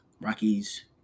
Rockies